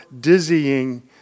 dizzying